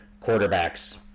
quarterbacks